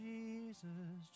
Jesus